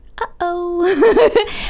Uh-oh